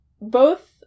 both-